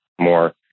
more